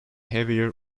heavier